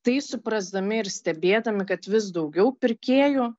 tai suprasdami ir stebėdami kad vis daugiau pirkėjų